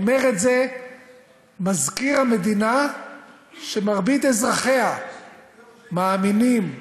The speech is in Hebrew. אומר את זה מזכיר המדינה שמרבית אזרחיה מאמינים בתנ"ך,